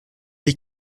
les